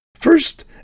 First